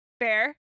fair